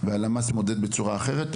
והלמ״ס מודד בצורה אחרת,